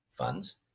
funds